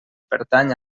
pertany